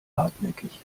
hartnäckig